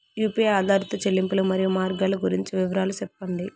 UPI ఆధారిత చెల్లింపులు, మరియు మార్గాలు గురించి వివరాలు సెప్పండి?